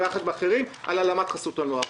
-- ויחד עם אחרים על הלאמת חסות הנוער,